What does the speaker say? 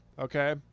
Okay